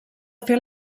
fer